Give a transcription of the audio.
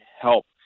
help